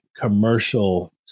commercial